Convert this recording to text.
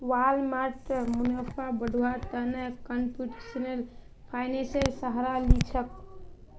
Walmart मुनाफा बढ़व्वार त न कंप्यूटेशनल फाइनेंसेर सहारा ली छेक